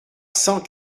cent